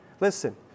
Listen